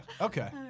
Okay